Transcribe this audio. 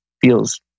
Feels